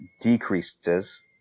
decreases